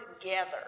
together